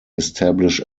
establish